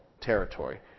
territory